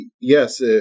yes